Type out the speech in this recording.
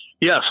Yes